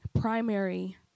primary